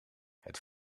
het